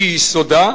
שיסודה,